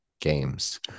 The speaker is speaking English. games